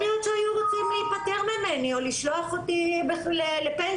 יכול להיות שהיו רוצים להיפטר ממני או לשלוח אותי לפנסיה.